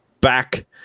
back